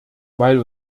weil